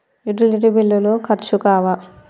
Utility బిల్లులు ఖర్చు కావా?